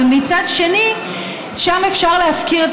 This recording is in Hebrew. אבל מצד שני, אפשר להפקיר את